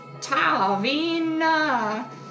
Tavina